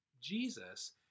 Jesus